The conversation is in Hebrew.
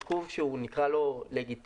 בגלל עיכוב שנקרא לו לגיטימי,